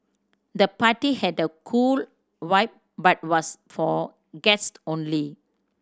the party had a cool vibe but was for guest only